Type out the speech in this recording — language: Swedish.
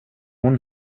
hon